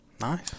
Nice